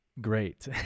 great